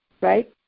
right